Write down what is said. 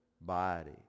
body